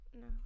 No